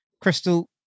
Crystal